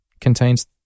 contains